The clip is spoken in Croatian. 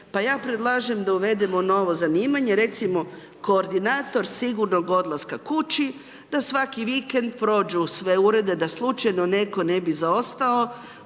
pa ja predlažem da uvedemo novo zanimanje, recimo koordinator sigurnog odlaska kući da svaki vikend prođu sve urede da slučajno neko ne bi zaostao,